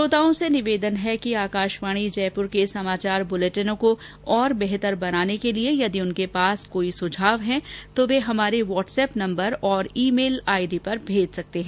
श्रोताओं से निवेदन है कि आकाशवाणी जयपुर के समाचार बुलेटिनों को और बेहतर बनाने को लिए यदि उनके पास कोई सुझाव हैं तो वे हमारे वॉट्सएप नम्बर और ई मेल आईडी पर मेज सकते हैं